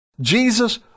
Jesus